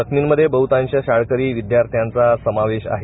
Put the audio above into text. जखमींमध्ये बहतांष शाळकरी विदयाथ्यांचा समावेश आहे